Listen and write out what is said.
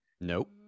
nope